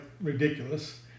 ridiculous